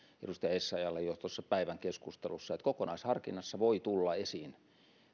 edustaja essayahille jo tuossa päivän keskustelussa että kokonaisharkinnassa voi tulla esiin